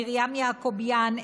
מרים יעקביאן,